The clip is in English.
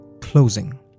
closing